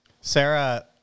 Sarah